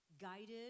guided